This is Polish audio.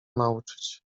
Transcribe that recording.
nauczyć